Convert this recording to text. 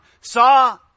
saw